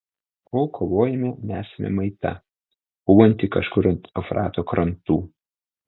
kol kovojame nesame maita pūvanti kažkur ant eufrato krantų